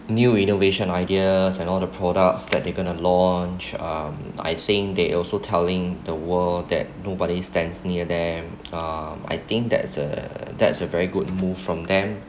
new innovation ideas and all the products that they're gonna launch um I think they also telling the world that nobody stands near them um I think that's a that's a very good move from them